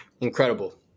Incredible